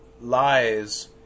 lies